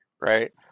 right